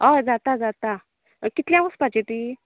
हय जाता जाता कितल्यांक वचपाची ती